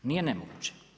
Nije nemoguće.